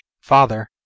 father